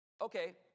Okay